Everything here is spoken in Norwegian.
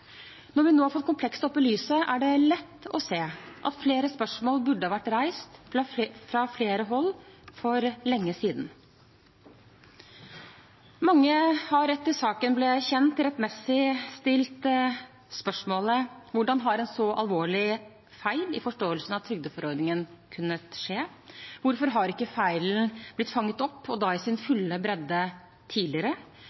Når vi nå har fått komplekset fram i lyset, er det lett å se at flere spørsmål burde vært reist – fra flere hold – for lenge siden. Mange har etter at saken ble kjent, rettmessig stilt spørsmålene: Hvordan har en så alvorlig feil i forståelsen av trygdeforordningen kunnet skje? Hvorfor har ikke feilen blitt fanget opp – og da i sin